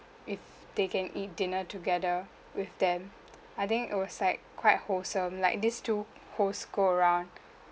if they can eat dinner together with them I think it was like quite wholesome like this two host go around